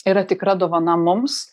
yra tikra dovana mums